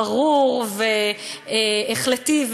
ברור והחלטי,